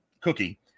cookie